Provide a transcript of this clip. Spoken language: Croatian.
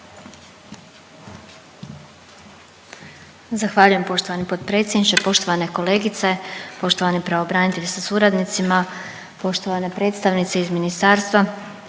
Zahvaljujem poštovani potpredsjedniče. Poštovane kolegice, poštovani pravobranitelji sa suradnicima, poštovane predstavnice iz ministarstva,